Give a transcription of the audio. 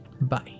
Bye